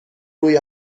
روی